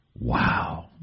Wow